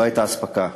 לא הייתה אספקה.